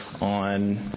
on